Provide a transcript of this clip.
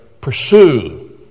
Pursue